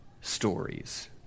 stories